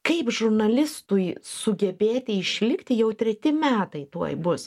kaip žurnalistui sugebėti išlikti jau treti metai tuoj bus